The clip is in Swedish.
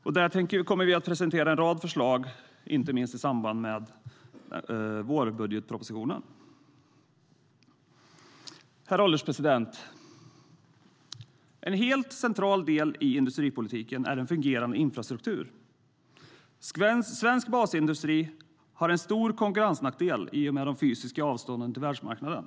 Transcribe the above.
Vi kommer att presentera en rad förslag inte minst i samband med vårbudgetpropositionen. Herr ålderspresident! En helt central del i industripolitiken är en fungerande infrastruktur. Svensk basindustri har en stor konkurrensnackdel i och med de fysiska avstånden till världsmarknaden.